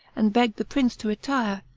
and begged the prince to retire,